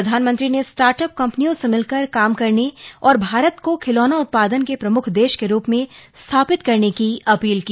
प्रधानमंत्री ने स्टार्टअप कंपनियों से मिलकर काम करने और भारत को खिलौना उत्पादन के प्रमुख देश के रूप में स्थापित करने की अपील की